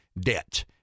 Debt